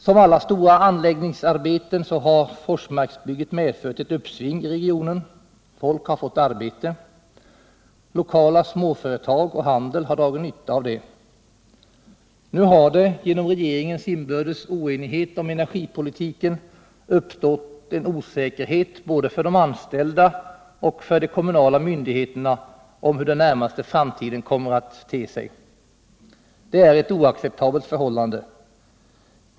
Som alla stora anläggningsarbeten har Forsmarksanläggningen medfört ett uppsving i regionen. Folk har fått arbete, och lokala småföretag har dragit nytta av det. Nu har det genom regeringens inbördes oenighet om energipolitiken uppstått en osäkerhet om hur den närmaste framtiden kommer att te sig både för de anställda och för de lokala myndigheterna. Det är ett oacceptabelt förhållande.